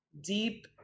deep